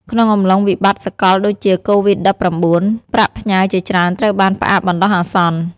ក្នុងអំឡុងវិបត្តិសកលដូចជា កូវីដ-១៩ ប្រាក់ផ្ញើជាច្រើនត្រូវបានផ្អាកបណ្តោះអាសន្ន។